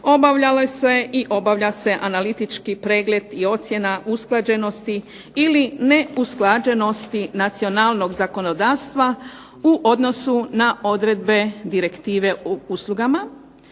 obavljalo se i obavlja se analitički pregled i ocjena usklađenosti ili neusklađenosti nacionalnog zakonodavstva u odnosu na odredbe direktive u uslugama